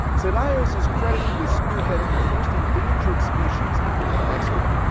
ceballos is credited with spearheading the first endangered species act of mexico.